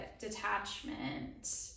Detachment